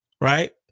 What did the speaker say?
right